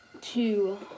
two